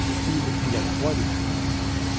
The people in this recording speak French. goupil eut la croix de juillet